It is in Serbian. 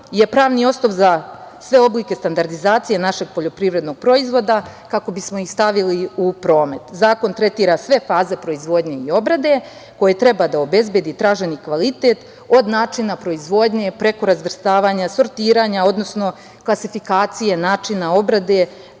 je pravni osnov za sve oblike standardizacije našeg poljoprivrednog proizvoda, kako bismo ih stavili u promet. Zakon tretira sve faze proizvodnje i obrade, koji treba da obezbedi traženi kvalitet, od načina proizvodnje, preko razvrstavanja, sortiranja, odnosno klasifikacije, načina obrade,